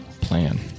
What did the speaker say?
plan